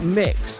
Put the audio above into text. mix